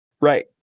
Right